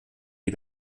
sie